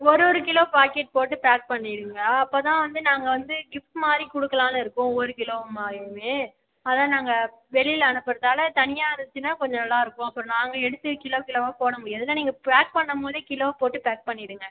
ஒரு ஒரு kilo packet போட்டு பேக் பண்ணிருங்கள் அப்போ தான் வந்து நாங்கள் வந்து கிஃப்ட் மாதிரி கொடுக்கலானு இருக்கோம் ஒவ்வொரு கிலோமாயமே அதை நாங்கள் வெளியில் அனுப்புறதால் தனியாக இருந்துச்சுனா கொஞ்சம் நல்லாயிருக்கும் அப்புறம் நாங்கள் எடுத்து கிலோ கிலோவாக போடமுடியாதுல நீங்கள் பேக் பண்ணும்போது கிலோவாக போட்டு பேக் பண்ணிவிடுங்க